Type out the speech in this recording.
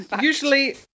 Usually